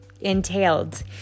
entailed